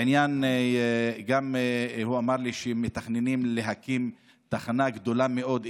הוא אמר לי שמתכננים להקים תחנה גדולה מאוד,